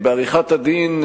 בעריכת-הדין,